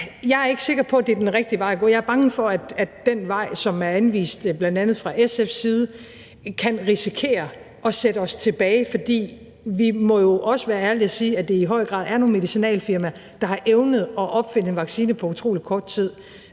jeg er ikke sikker på, at den vej, som er anvist fra bl.a. SF's side, er den rigtige vej at gå. Den kan risikere at sætte os tilbage, for vi må jo også være ærlige og sige, at det i høj grad er nogle medicinalfirmaer, der har evnet at opfinde en vaccine på utrolig kort tid.